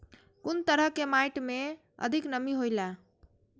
कुन तरह के माटी में अधिक नमी हौला?